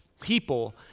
people